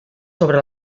sobre